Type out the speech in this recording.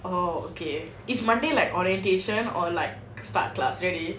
oh okay is monday like orientation or like start plus already